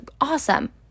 Awesome